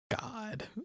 God